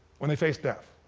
when they face death.